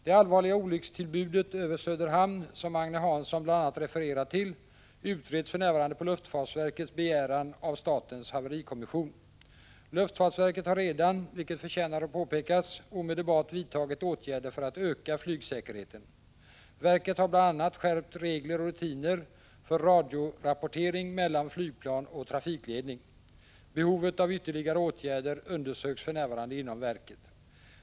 Det allvarliga olyckstillbudet över Söderhamn, som Agne Hansson bl.a. refererar till, utreds för närvarande på luftfartsverkets begäran av statens haverikommission. Luftfartsverket har, vilket förtjänar att påpekas, omedelbart vidtagit åtgärder för att öka flygsäkerheten. Verket har bl.a. skärpt regler och rutiner för radiorapportering mellan flygplan och trafikledning. Behovet av ytterligare åtgärder undersöks för närvarande inom verket.